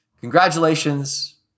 congratulations